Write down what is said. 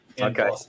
Okay